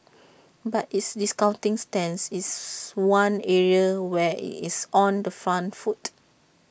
but its discounting stance is one area where IT is on the front foot